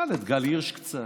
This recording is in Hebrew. תשאל את גל הירש קצת.